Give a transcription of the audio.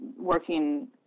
working